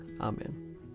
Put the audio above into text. Amen